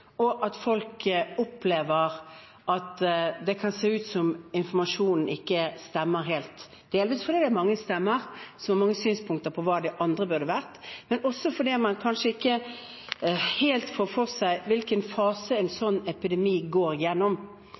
og for at folk opplever at det kan se ut som om informasjonen ikke stemmer helt, delvis fordi det er mange stemmer, mange synspunkter på hva det andre burde vært, men også fordi man kanskje ikke helt har for seg hvilken fase en sånn epidemi går gjennom.